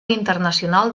internacional